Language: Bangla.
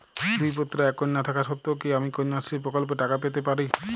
দুই পুত্র এক কন্যা থাকা সত্ত্বেও কি আমি কন্যাশ্রী প্রকল্পে টাকা পেতে পারি?